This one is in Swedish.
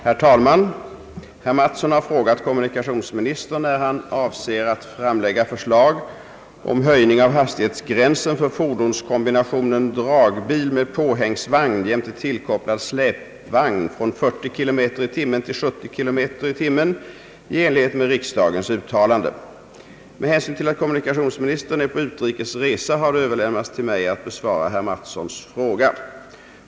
Herr talman! Herr Mattsson har frågat kommunikationsministern när han avser att framlägga förslag om höjning av hastighetsgränsen för fordonskombinationen dragbil med påhängsvagn jämte tillkopplad släpvagn från 40 km tim. i enlighet med riksdagens uttalande. Med hänsyn till att kommunikationsministern är på utrikes resa har det överlämnats till mig att besvara herr Mattssons fråga.